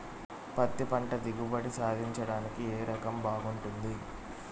పత్తి పంట దిగుబడి సాధించడానికి ఏ రకం బాగుంటుంది?